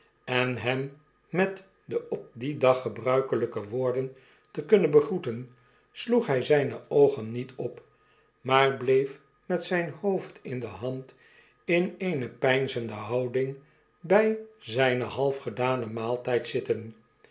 en hem met de op dien dag gebruikelgke woorden te kunnen begroeten sloeg hg zgne oogen niet op maar bieef met zgn hoofd in de hand in eene peinzende houding bg zgnen half gedanen maaltgd zitten